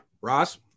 Ross